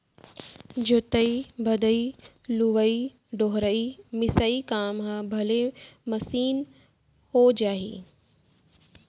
जोतइ भदई, लुवइ डोहरई, मिसाई काम ह भले मसीन हो जाही